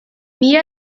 mila